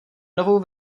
novou